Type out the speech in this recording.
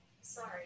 Sorry